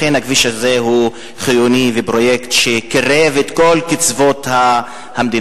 אכן הכביש הזה הוא חיוני ופרויקט שקירב את כל קצוות המדינה,